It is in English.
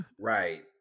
Right